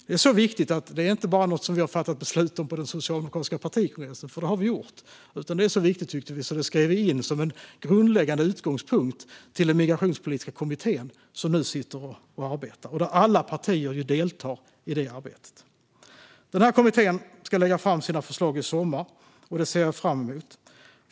Det är så viktigt att det inte bara är något som vi har fattat beslut om på den socialdemokratiska partikongressen - för det har vi gjort - utan vi tycker att det är så viktigt att vi har skrivit in det som en grundläggande utgångspunkt till den migrationspolitiska kommittén, som nu sitter och arbetar. Alla partier deltar i detta arbete. Kommittén ska lägga fram sina förslag i sommar, och det ser jag fram emot.